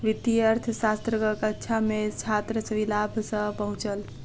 वित्तीय अर्थशास्त्रक कक्षा मे छात्र विलाभ सॅ पहुँचल